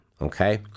okay